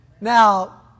Now